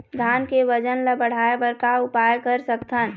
धान के वजन ला बढ़ाएं बर का उपाय कर सकथन?